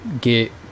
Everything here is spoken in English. get